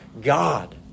God